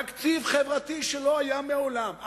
תקציב חברתי שלא היה מעולם.